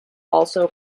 also